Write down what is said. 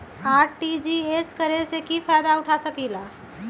RTGS करे से की फायदा उठा सकीला?